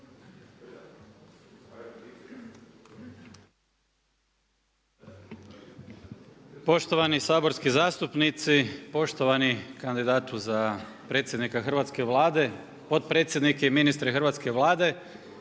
Poštovani saborski zastupnici, poštovani kandidatu za predsjednika Hrvatske vlade, potpredsjednika i ministre Hrvatske vlade